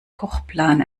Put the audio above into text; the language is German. kochplan